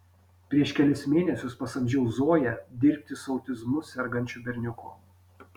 prieš kelis mėnesius pasamdžiau zoją dirbti su autizmu sergančiu berniuku